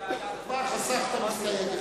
הצוות של הוועדה,